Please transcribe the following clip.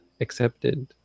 accepted